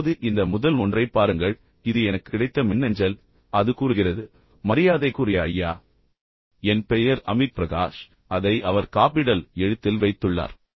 இப்போது இந்த முதல் ஒன்றைப் பாருங்கள் இது எனக்கு கிடைத்த மின்னஞ்சல் அது கூறுகிறது மரியாதைக்குரிய ஐயா என் பெயர் அமித் பிரகாஷ் அதை அவர் காபிடல் எழுத்தில் வைத்துள்ளார்